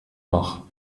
noch